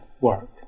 work